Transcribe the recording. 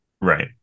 Right